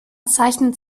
zeichnet